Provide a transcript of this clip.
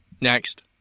Next